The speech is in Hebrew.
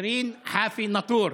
שירין נטור-חאפי,